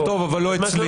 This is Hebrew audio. זה טוב אבל לא אצלי.